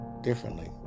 differently